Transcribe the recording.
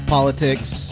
Politics